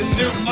new